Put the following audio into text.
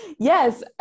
Yes